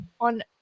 on